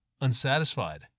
unsatisfied